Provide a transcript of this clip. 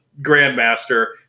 Grandmaster